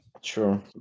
Sure